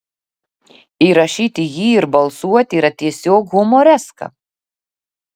įrašyti jį ir balsuoti yra tiesiog humoreska